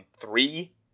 three